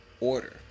order